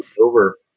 over